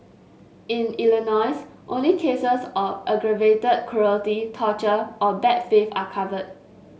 in Illinois only cases of aggravated cruelty torture or bad faith are covered